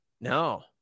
No